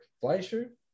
Fleischer